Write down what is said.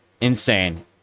Insane